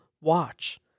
Watch